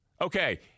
Okay